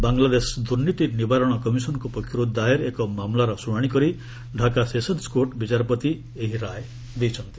ବଂଲାଦେଶ ଦୁର୍ନୀତି ନିବାରଣ କମିଶନଙ୍କ ପକ୍ଷରୁ ଦାଏର ଏକ ମାମଲାର ଶୁଣାଶିକରି ଢ଼ାକା ସେସନ୍ନ କୋର୍ଟ ବିଚାରପତି ଏହି ରାୟ ଦେଇଛନ୍ତି